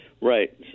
Right